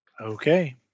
Okay